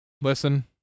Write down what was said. Listen